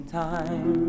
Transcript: time